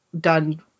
done